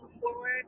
forward